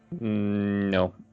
no